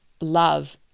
love